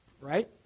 Right